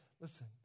Listen